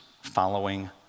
following